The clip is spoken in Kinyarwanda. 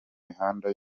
mihanda